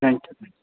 thank you thank you